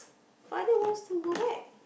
father wants to go back